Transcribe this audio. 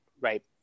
right